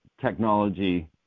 technology